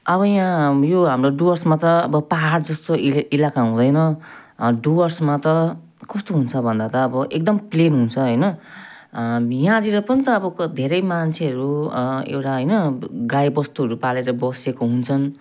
अब यहाँ यो हाम्रो डुवर्समा त अब पाहाड जस्तो इला इलाका हुँदैन डुवर्समा त कस्तो हुन्छ भन्दा त अब एकदम प्लेन हुन्छ होइन यहाँनिर पनि त अब धेरै मान्छेहरू अँ एउटा होइन गाईबस्तुहरू पालेर बसेको हुन्छन्